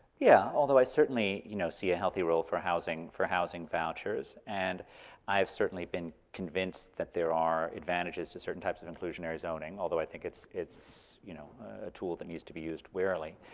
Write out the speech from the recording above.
yeah, although i certainly you know see a healthy role for housing for housing vouchers, and i've certainly been convinced that there are advantages to certain types of inclusionary zoning, although i think it's it's you know a tool that needs to be used warily.